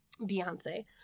Beyonce